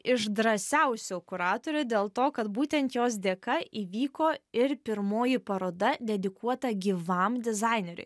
iš drąsiausių kuratorių dėl to kad būtent jos dėka įvyko ir pirmoji paroda dedikuota gyvam dizaineriui